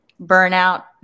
burnout